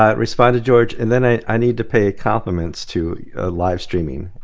ah respond to george and then i need to pay compliments to live-streaming,